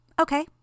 Okay